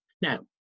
Now